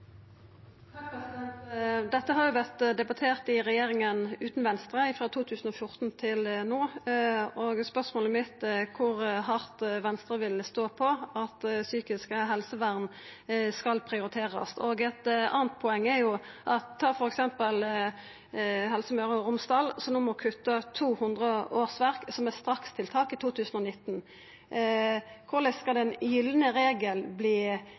Dette har ein jo debattert i regjeringa utan Venstre, frå 2014 til no. Spørsmålet mitt er kor hardt Venstre vil stå på at psykisk helsevern skal prioriterast. Eit eksempel er Helse Møre og Romsdal, som no må kutta 200 årsverk som eit strakstiltak i 2019. Korleis skal den gylne regelen